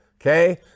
Okay